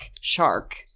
shark